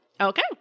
Okay